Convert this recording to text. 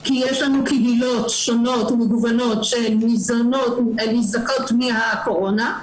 כי יש לנו קהילות שונות ומגוונות שניזוקות מהקורונה,